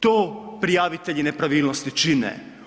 To prijavitelji nepravilnosti čine.